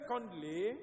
secondly